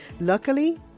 Luckily